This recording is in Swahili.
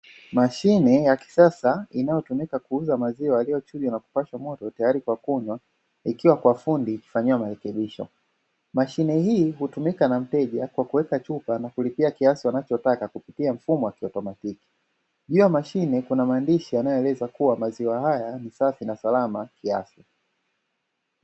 Mashine ya kisasa inayotumika kuuza maziwa yaliyochujwa na kupashwa moto tayari kwa kunywa ikiwa kwa fundi ikifanyiwa marekebisho. Mashine hii hutumika na mteja kwa kuwekea chupa na kulipia kiasi wanachotaka kupitia mfumo wa kiautomatiki, juu ya mashine kuna maandishi yanayoeleza kuwa maziwa haya ni safi na salama kiafya.